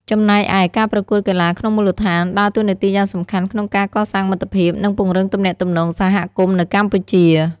ចំណែកឯ ការប្រកួតកីឡាក្នុងមូលដ្ឋានដើរតួនាទីយ៉ាងសំខាន់ក្នុងការកសាងមិត្តភាព និងពង្រឹងទំនាក់ទំនងសហគមន៍នៅកម្ពុជា។